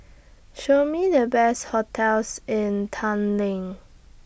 Show Me The Best hotels in Tallinn